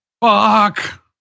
Fuck